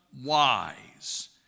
wise